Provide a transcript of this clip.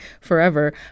forever